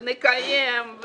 נקיים,